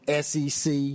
SEC